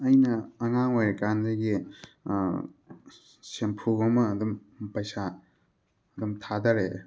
ꯑꯩꯅ ꯑꯉꯥꯥꯡ ꯑꯣꯏꯔꯤꯀꯥꯟꯗꯒꯤ ꯁꯦꯝꯐꯨ ꯑꯃ ꯑꯗꯨꯝ ꯄꯩꯁꯥ ꯑꯗꯨꯝ ꯊꯥꯗꯔꯛꯑꯦ